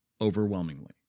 overwhelmingly